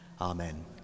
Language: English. Amen